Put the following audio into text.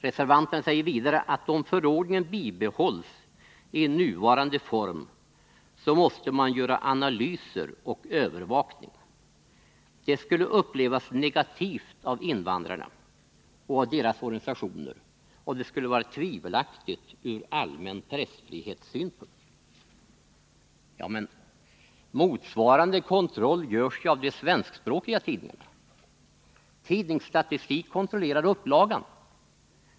Reservanterna säger vidare att om förordningen bibehålls i nuvarande form så måste man göra analyser och införa övervakning. Det skulle upplevas negativt av invandrarna och deras organisationer och vara tvivelaktigt från allmän pressfrihetssynpunkt. Ja, men motsvarande kontroll görs ju av de svenskspråkiga tidningarna. Tidningsstatistik kontrollerar upplagan.